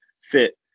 fit